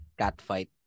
Catfight